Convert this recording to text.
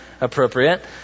appropriate